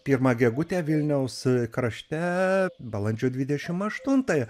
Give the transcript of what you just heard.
pirmą gegutę vilniaus krašte balandžio dvidešim aštuntąją